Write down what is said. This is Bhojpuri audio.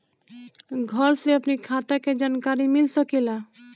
घर से अपनी खाता के जानकारी मिल सकेला?